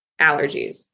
allergies